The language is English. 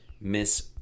Miss